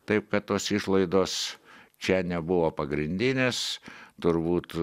taip kad tos išlaidos čia nebuvo pagrindinės turbūt